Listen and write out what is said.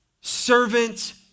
servant